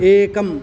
एकम्